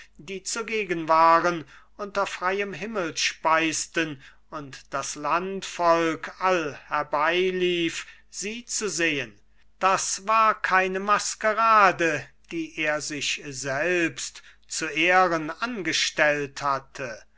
die zugegen waren unter freiem himmel speisten und das landvolk all herbeilief sie zu sehen das war keine maskerade die er sich selbst zu ehren angestellt hatte